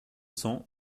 cents